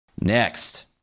Next